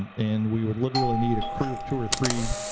and we would literally need a crew of two or three,